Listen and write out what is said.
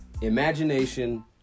imagination